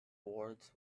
boards